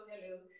Hello